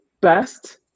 best